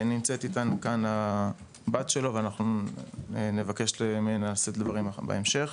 נמצאת איתנו כאן הבת שלו ואנחנו נבקש ממנה לשאת דברים בהמשך.